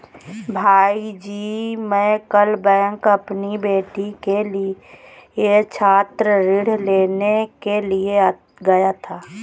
भाईजी मैं कल बैंक अपनी बेटी के लिए छात्र ऋण लेने के लिए गया था